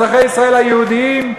אזרחי ישראל היהודים,